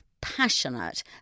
passionate